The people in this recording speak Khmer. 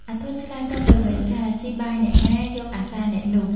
អាធន់ ឆ្លើយតបទៅវិញថា ” ស៊ីបាយអ្នកណា យកអាសាអ្នកនោះ”។